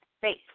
faith